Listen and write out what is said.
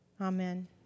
amen